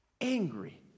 Angry